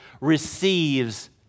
receives